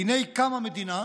והינה קמה מדינה,